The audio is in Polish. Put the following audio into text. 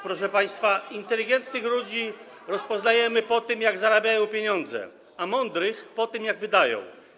Proszę państwa, inteligentnych ludzi rozpoznajemy po tym, jak zarabiają pieniądze, a mądrych po tym, jak wydają.